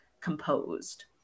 composed